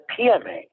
PMA